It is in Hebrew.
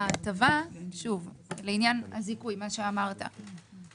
שוב לעניין הזיכוי מה שאמרת,